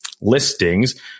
listings